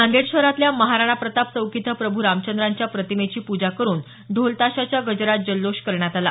नांदेड शहरातल्या महाराणा प्रताप चौक इथं प्रभू रामचंद्राच्या प्रतिमेची पूजा करून ढोल ताशाच्या गजरात जल्लोष करण्यात आला